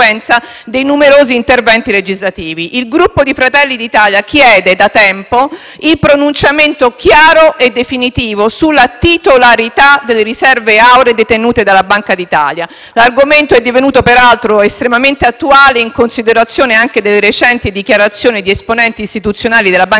il Gruppo Fratelli d'Italia chiede da tempo il pronunciamento chiaro e definitivo sulla titolarità delle riserve auree detenute dalla Banca d'Italia; l'argomento è divenuto, peraltro, estremamente attuale in considerazione delle recenti dichiarazioni di esponenti istituzionali della Banca d'Italia